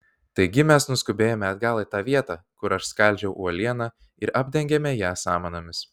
taigi mes nuskubėjome atgal į tą vietą kur aš skaldžiau uolieną ir apdengėme ją samanomis